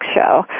show